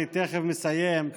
אני תכף מסיים,